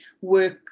work